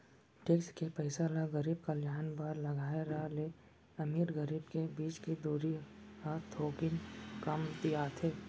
tax के पइसा ल गरीब कल्यान बर लगाए र ले अमीर गरीब के बीच के दूरी ह थोकिन कमतियाथे